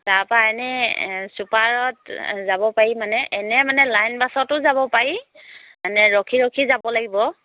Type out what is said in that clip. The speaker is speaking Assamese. তাৰাপৰা এনেই ছুপাৰত যাব পাৰি মানে এনে মানে লাইনবাছতো যাব পাৰি মানে ৰখি ৰখি যাব লাগিব